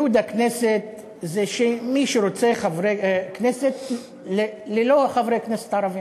ייהוד הכנסת זה מי שרוצה חברי כנסת ללא חברי כנסת ערבים,